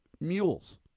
mules